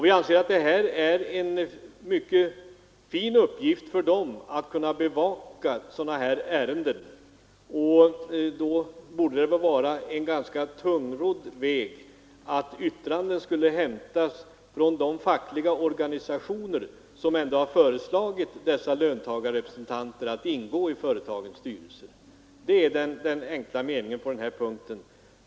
Vi anser att det är en mycket viktig uppgift för dem att bevaka sådana här ärenden. Nog vore det väl ganska tungrott om yttranden skulle hämtas från de fackliga organisationer som ändå har föreslagit dessa löntagarrepresentanter att ingå i företagens styrelser. Det är vår mening på den punkten.